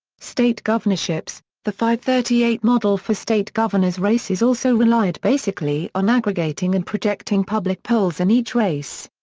state governorships the fivethirtyeight model for state governors' races also relied basically on aggregating and projecting public polls in each race.